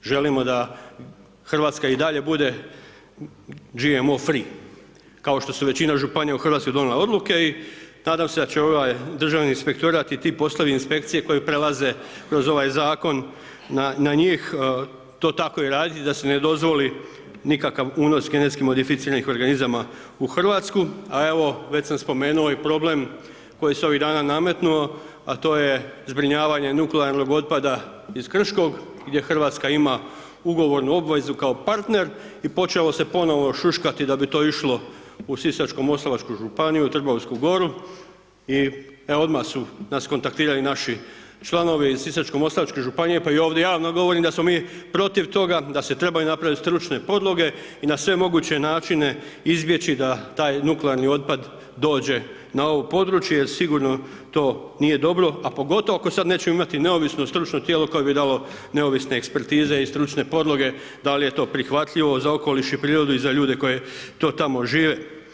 Želimo da RH i dalje bude GMO FREE, kao što su većina županija u RH donijele odluke i nadam se da će ovaj Državni inspektorat i ti poslovi inspekcije, koji prelaze kroz ovaj Zakon na njih, to tako i raditi, da si ne dozvoli nikakav unos genetski modificiranih organizama u RH, a evo, već sam spomenuo i problem koji se ovih dana nametnuo, a to je zbrinjavanje nuklearnog otpada iz Krškog gdje RH ima ugovornu obvezu kao partner i počelo se ponovo šuškati da bi to išlo u Sisačko moslavačku županiju, u Trgovsku Goru i odmah su nas kontaktirali naši članovi iz Sisačko moslavačke županije, pa i ovdje javno govorim da smo mi protiv toga, da se trebaju napraviti stručne podloge i na sve moguće načine izbjeći da taj nuklearni otpad dođe na ovo područje jer sigurno to nije dobro, a pogotovo ako sada nećemo imati neovisno stručno tijelo koje bi dalo neovisne ekspertize i stručne podloge, da li je to prihvatljivo za okoliš i prirodu i za ljude koji to tamo žive.